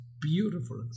beautiful